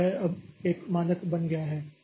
तो यह अब एक मानक बन गया है